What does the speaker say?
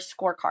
scorecard